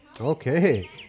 Okay